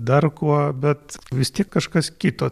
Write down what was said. dar kuo bet vis tiek kažkas kito